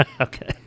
Okay